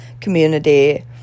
community